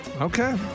Okay